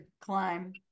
climb